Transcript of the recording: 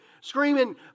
screaming